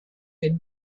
been